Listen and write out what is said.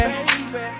Baby